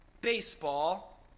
baseball